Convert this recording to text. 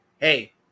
Hey